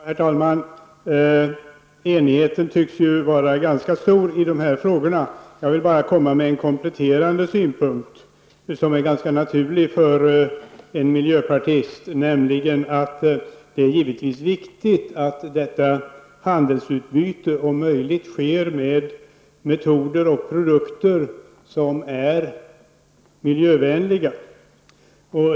Herr talman! Enigheten beträffande dessa frågor tycks vara ganska stor. Jag vill bara komma med en kompletterande synpunkt, som är ganska naturlig för en miljöpartist, nämligen att det är givetvis viktigt att detta handelsutbyte om möjligt sker med metoder och produkter som är miljövänliga.